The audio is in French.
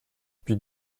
puis